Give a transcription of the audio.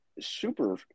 super